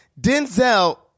Denzel